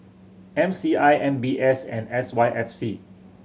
M C I M B S and S Y F C